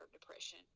depression